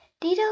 Dido